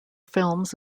films